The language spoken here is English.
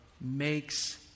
makes